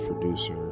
producer